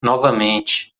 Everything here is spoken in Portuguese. novamente